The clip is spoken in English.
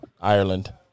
ireland